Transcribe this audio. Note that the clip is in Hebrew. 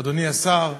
אדוני השר,